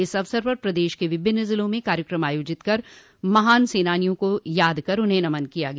इस अवसर पर प्रदेश के विभिन्न जिलों में कार्यक्रम आयोजित कर महान स्वतंत्रता सेनानियों को याद कर उन्हें नमन किया गया